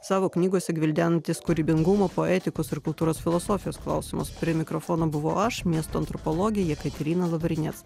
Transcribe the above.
savo knygose gvildenantis kūrybingumo poetikos ir kultūros filosofijos klausimus prie mikrofono buvo aš miesto antropologė jekaterina lavrinec